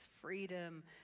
freedom